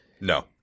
No